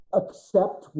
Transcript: accept